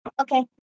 Okay